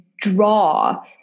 draw